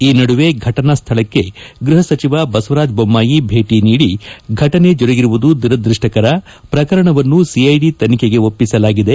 ಈ ನಡುವೆ ಫಟನಾ ಸ್ವಳಕ್ಕೆ ಗ್ರಹಸಚಿವ ಬಸವರಾಜ ಬೊಮ್ನಾಯಿ ಭೇಟಿ ನೀಡಿ ಫಟನೆ ಜರುಗಿರುವುದು ದುರದ್ರಷ್ಷಕರ ಪ್ರಕರಣವನ್ನು ಸಿಐಡಿ ತನಿಖೆಗೆ ಒಪ್ಪಿಸಲಾಗಿದೆ